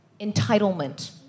entitlement